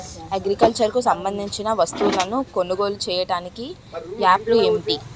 Agriculture కు సంబందించిన వస్తువులను కొనుగోలు చేయటానికి యాప్లు ఏంటి?